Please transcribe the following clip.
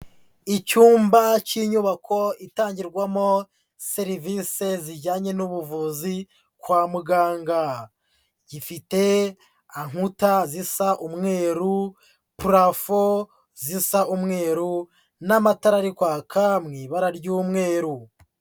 Icyumba cy'inyubako itangirwamo serivise zijyanye n'ubuvuzi kwa muganga, gifite inkuta zisa umweru, purafo zisa umweru n'amatara ari kwaka mu ibara ry'umweru.